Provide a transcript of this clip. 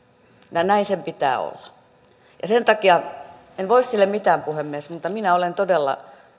ja näin sen pitää olla sen takia en voi sille mitään puhemies mutta minä olen todella